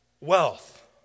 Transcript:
wealth